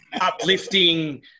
uplifting